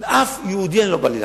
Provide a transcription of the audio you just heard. עם אף יהודי אני לא בא להילחם,